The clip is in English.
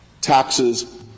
taxes